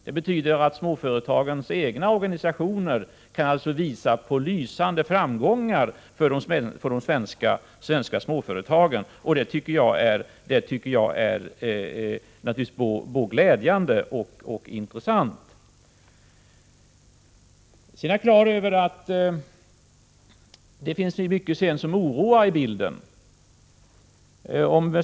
Det betyder att småföretagens egna organisationer kan peka på lysande framgångar för de svenska småföretagen, och det tycker jag naturligtvis är både glädjande och intressant. Jag är naturligtvis klar över att det också finns mycket i bilden som oroar.